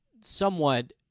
somewhat